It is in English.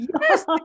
Yes